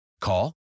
Call